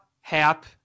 Hap